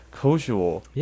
casual